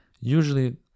usually